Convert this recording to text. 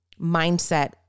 mindset